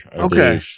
Okay